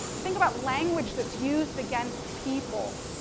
think about language that's used against people.